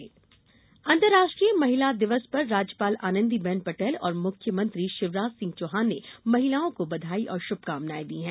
महिला दिवस अंतर्राष्ट्रीय महिला दिवस पर राज्यपाल आनंदीबेन पटेल और मुख्यमंत्री शिवराज सिंह चौहान ने महिलाओं को बधाई और शुभकामनाएं दी है